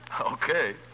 Okay